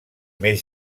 més